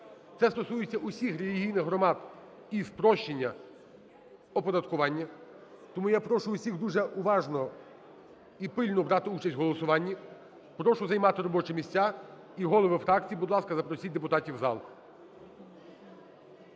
Це стосується усіх релігійних громад і спрощення оподаткування. Тому я прошу усіх дуже уважно і пильно брати участь в голосуванні. Прошу займати робочі місця і голови фракцій, будь ласка, запросіть депутатів в зал.